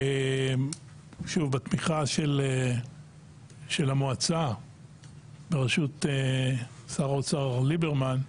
שוב בתמיכה של המועצה בראשות שר האוצר ליברמן,